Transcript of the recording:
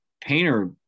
Painter